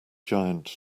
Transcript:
giant